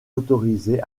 autorisé